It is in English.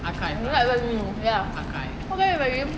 I don't even know ya how could you imagine